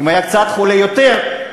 אם היה חולה קצת יותר,